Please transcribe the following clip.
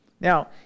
Now